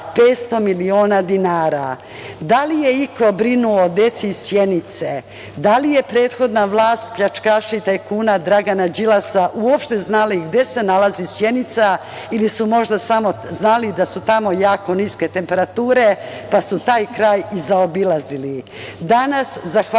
500 miliona dinara. Da li je iko brinuo o deci iz Sjenice? Da li je prethodna vlast pljačkaša i tajkuna Dragana Đilasa uopšte znala i gde se nalazi Sjenica ili su možda samo znali da su tamo jako niske temperature, pa su taj kraj i zaobilazili? Danas,